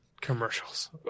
Commercials